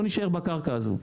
לא נישאר בקרקע הזאת,